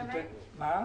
שלמה קרעי,